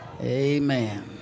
amen